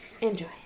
enjoy